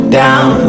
down